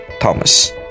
Thomas